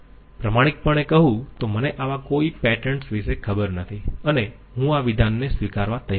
પ્રમાણિકપણે કહું તો મને આવા કોઈ પેટન્ટ્સ વિશે ખબર નથી અને હું આ વિધાનને સ્વીકારવા તૈયાર નથી